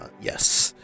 yes